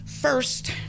first